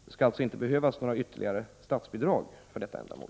Det skall alltså inte behövas några ytterligare statsbidrag för detta ändamål.